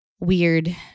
Weird